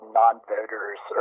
non-voters